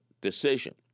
decision